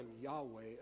Yahweh